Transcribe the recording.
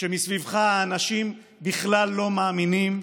כשמסביבך אנשים בכלל לא מאמינים,